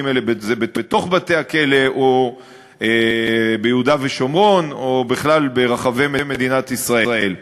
אם בתוך בתי-הכלא או ביהודה ושומרון או בכלל ברחבי מדינת ישראל.